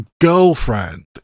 girlfriend